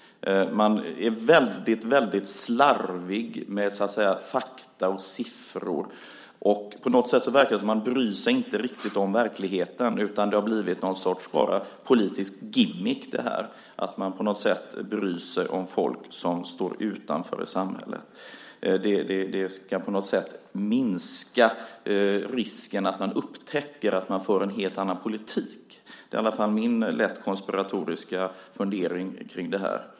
Man är väldigt slarvig med fakta och siffror. På något sätt verkar man inte riktigt bry sig om verkligheten. I stället har det blivit bara någon sorts politisk gimmick att bry sig om folk som står utanför i samhället. Det ska på något sätt minska risken att någon upptäcker att man för en helt annan politik. Det är i alla fall min lätt konspiratoriska fundering kring detta.